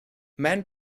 man